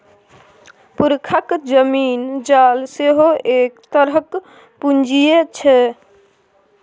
पुरखाक जमीन जाल सेहो एक तरहक पूंजीये छै